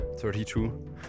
32